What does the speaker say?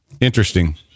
Interesting